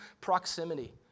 proximity